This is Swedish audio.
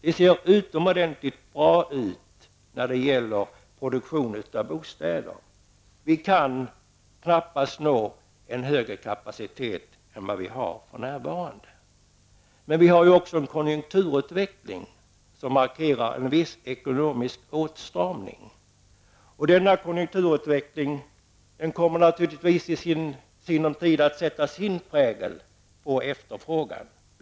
Det ser utomordentligt bra ut när det gäller produktionen av bostäder. Vi kan knappast nå en högre kapacitet än vi har för närvarande. Vi har också en konjunkturutveckling som markerar en viss ekonomisk åtstramning. Denna konjunkturutveckling kommer naturligtvis i sinom tid att sätta sin prägel på efterfrågan av bostäder.